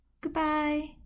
Goodbye